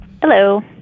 Hello